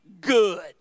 good